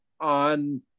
on